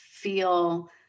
Feel